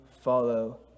follow